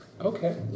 Okay